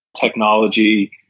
technology